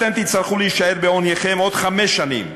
אתם תצטרכו להישאר בעונייכם עוד חמש שנים,